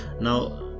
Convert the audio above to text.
Now